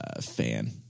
fan